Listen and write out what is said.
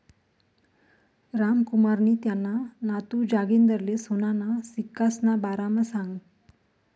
रामकुमारनी त्याना नातू जागिंदरले सोनाना सिक्कासना बारामा सांगं